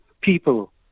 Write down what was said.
people